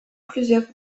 plusieurs